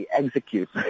execute